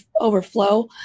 overflow